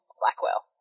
Blackwell